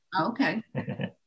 Okay